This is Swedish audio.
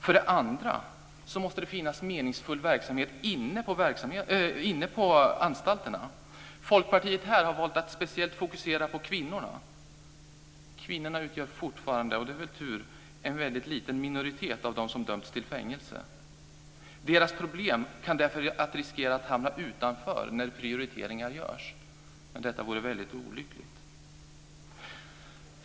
För det andra måste det finnas meningsfull verksamhet inne på anstalterna. Folkpartiet har här valt att speciellt fokusera på kvinnorna. Kvinnorna utgör fortfarande, och det är väl tur, en väldigt liten minoritet av dem som döms till fängelse. Deras problem kan därför riskera att hamna utanför när prioriteringar görs. Men detta vore mycket olyckligt.